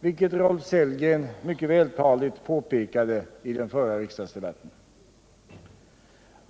vilket Rolf Sellgren mycket vältaligt påpekade i den förra riksdagsdebatten.